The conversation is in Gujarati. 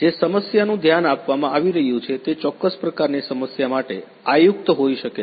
જે સમસ્યાનું ધ્યાન આપવામાં આવી રહ્યું છે તે ચોક્કસ પ્રકારની સમસ્યા માટે આયુક્ત હોય શકે છે